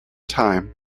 time